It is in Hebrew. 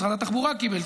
משרד התחבורה קיבל.